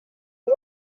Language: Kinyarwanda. abo